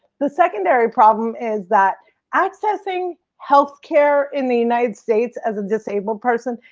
the secondary problem is that accessing healthcare in the united states, as a disabled person,